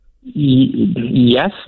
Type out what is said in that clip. Yes